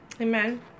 Amen